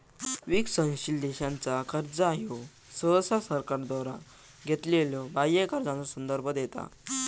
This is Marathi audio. विकसनशील देशांचा कर्जा ह्यो सहसा सरकारद्वारा घेतलेल्यो बाह्य कर्जाचो संदर्भ देता